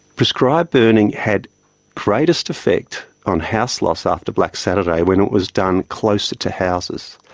prescribed burning had greatest effect on house loss after black saturday when it was done closer to houses.